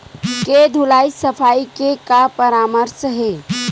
के धुलाई सफाई के का परामर्श हे?